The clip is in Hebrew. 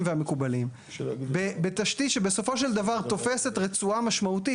והמקובלים בתשתית שבסופו של דבר תופסת רצועה משמעותית.